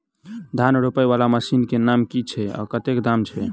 धान रोपा वला मशीन केँ नाम की छैय आ कतेक दाम छैय?